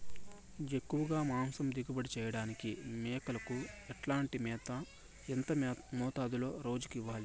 ఎక్కువగా మాంసం దిగుబడి చేయటానికి మేకలకు ఎట్లాంటి మేత, ఎంత మోతాదులో రోజు ఇవ్వాలి?